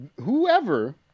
whoever